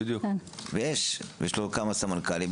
ויש לו כמה סמנכ"לים,